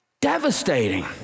Devastating